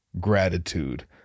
gratitude